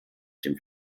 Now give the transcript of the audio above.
dem